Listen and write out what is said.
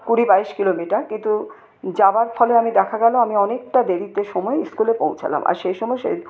কুড়ি বাইশ কিলোমিটার কিন্তু যাওয়ার ফলে আমি দেখা গেল আমি অনেকটা দেরিতে সময় স্কুলে পৌঁছলাম আর সেই সময় সেই